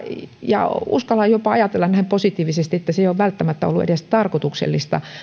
ja uskallan jopa ajatella näin positiivisesti että se ei ole välttämättä ollut edes tarkoituksellista